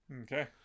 Okay